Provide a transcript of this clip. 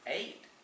eight